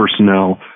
personnel